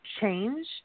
change